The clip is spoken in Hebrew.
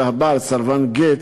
אלא הבעל סרבן גט.